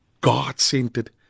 God-centered